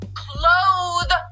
clothe